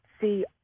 see